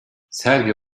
sergi